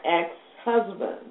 ex-husband